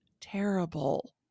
terrible